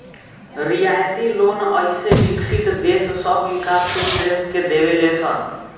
रियायती लोन अइसे विकसित देश सब विकाशील देश के देवे ले सन